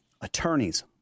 attorneys